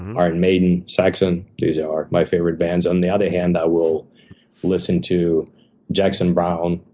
iron maiden, saxon. these are my favorite bands. on the other hand, i will listen to jackson brown,